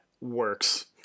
works